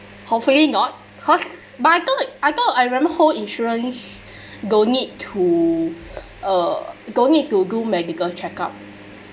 hopefully not cause but I thought I thought I remember whole insurance don't need to uh don't need to do medical check-up